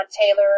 Taylor